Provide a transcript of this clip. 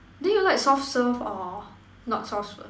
then you like soft serve or not soft serve